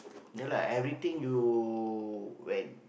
no lah everything you when